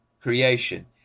creation